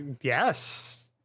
yes